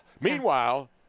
Meanwhile